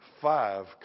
five